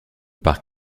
par